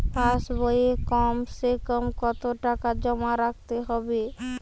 পাশ বইয়ে কমসেকম কত টাকা জমা রাখতে হবে?